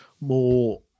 more